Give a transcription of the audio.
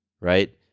Right